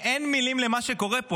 אין מילים למה שקורה פה.